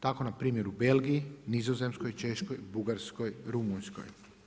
Tako npr. u Belgiji, u Nizozemskoj, Češkoj, Bugarskoj, Rumunjskoj.